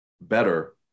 better